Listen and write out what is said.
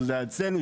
זה היה אצלנו,